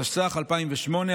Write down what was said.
התשס"ח 2008,